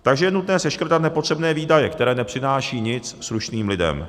Takže je nutné seškrtat nepotřebné výdaje, které nepřinášejí nic slušným lidem.